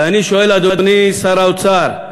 ואני שואל, אדוני שר האוצר,